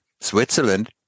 Switzerland